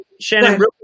Shannon